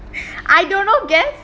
I don't know guess